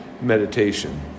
meditation